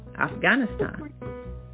Afghanistan